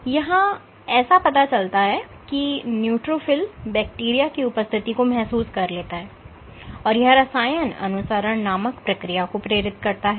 यहां ऐसा पता चलता है कि न्यूट्रोफिल बैक्टीरिया की उपस्थिति को महसूस कर लेता है और यह रसायन अनुसरण नामक प्रक्रिया को प्रेरित करता है